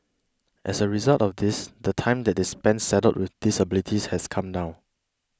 as a result of this the time that they spend saddled with disabilities has come down